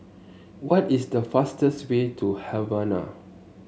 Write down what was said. what is the fastest way to Havana